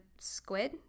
squid